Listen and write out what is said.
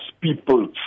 people